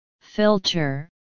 Filter